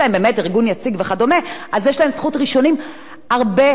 אז יש להם זכות ראשונים הרבה לפני כל השאר.